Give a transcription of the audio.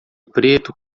preto